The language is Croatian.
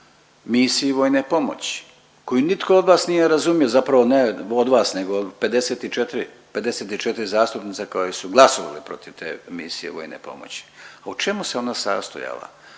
misiji vojne pomoći koju nitko od vas nije razumio, zapravo ne od vas nego 54 zastupnica koje su glasovali protiv te misije vojne pomoći. U čemu se ona sastojala?